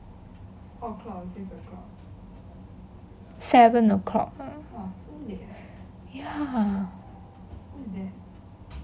seven o' clock ya